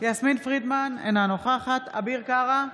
יסמין פרידמן, אינה נוכחת אביר קארה,